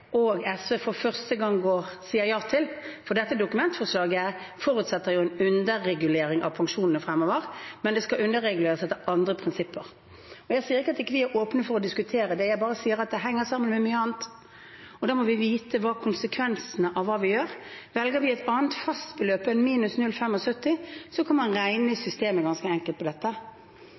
og SV for første gang sier ja til, for dette dokumentforslaget forutsetter jo en underregulering av pensjonene fremover, men de skal underreguleres etter andre prinsipper. Jeg sier ikke at vi ikke er åpne for å diskutere det; jeg sier bare at det henger sammen med mye annet. Da må vi vite konsekvensene av hva vi gjør. Velger vi et annet fastbeløp enn -0,75, kan man ganske enkelt regne på det i systemet.